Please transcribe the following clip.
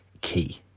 key